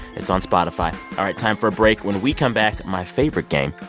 it's on spotify. all right. time for a break. when we come back my favorite game,